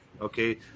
Okay